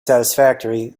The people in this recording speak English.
satisfactory